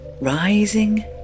rising